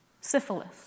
syphilis